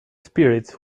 spirits